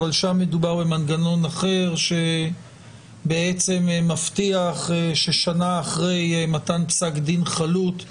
אבל שם מדובר במנגנון אחר שבעצם מבטיח ששנה אחרי מתן פסק דין חלוט,